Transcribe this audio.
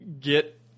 get